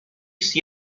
است